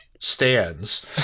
Stands